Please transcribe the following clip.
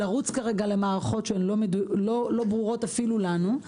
לרוץ כרגע למערכות שהן לא ברורות אפילו לנו.